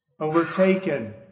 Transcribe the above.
overtaken